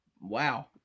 wow